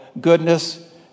goodness